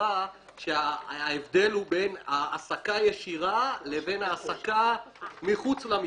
אמרה שההבדל הוא בין העסקה ישירה להעסקה מחוץ למפעל.